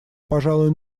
пожалуй